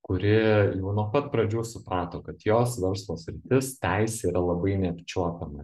kuri nuo pat pradžių suprato kad jos verslo sritis teisė yra labai neapčiuopiama